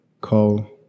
call